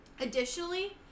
Additionally